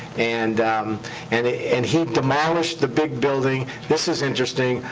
and um and ah and he demolished the big building. this is interesting.